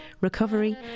recovery